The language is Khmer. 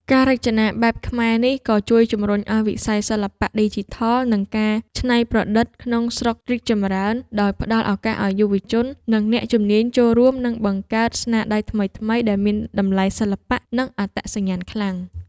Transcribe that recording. ការរចនាបែបខ្មែរនេះក៏ជួយជំរុញឲ្យវិស័យសិល្បៈឌីជីថល និងការច្នៃប្រឌិតក្នុងស្រុករីកចម្រើន ដោយផ្ដល់ឱកាសឲ្យយុវជន និងអ្នកជំនាញចូលរួម និងបង្កើតស្នាដៃថ្មីៗដែលមានតម្លៃសិល្បៈ និងអត្តសញ្ញាណខ្លាំង។